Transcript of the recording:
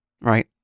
right